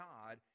God